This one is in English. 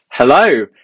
Hello